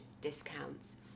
discounts